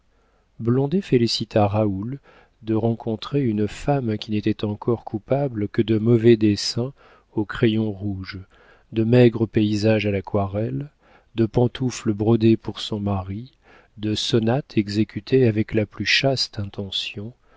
félicita raoul de rencontrer une femme qui n'était encore coupable que de mauvais dessins au crayon rouge de maigres paysages à l'aquarelle de pantoufles brodées pour son mari de sonates exécutées avec la plus chaste intention